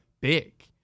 big